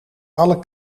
alle